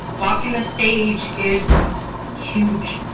walking the stage is huge.